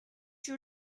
you